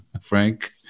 Frank